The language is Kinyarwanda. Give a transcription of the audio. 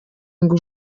ngo